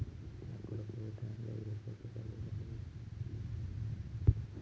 మొక్కలకు ఏటైముల ఏ పోషకాలివ్వాలో తెలిశుండాలే